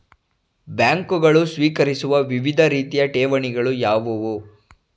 ಬ್ಯಾಂಕುಗಳು ಸ್ವೀಕರಿಸುವ ವಿವಿಧ ರೀತಿಯ ಠೇವಣಿಗಳು ಯಾವುವು?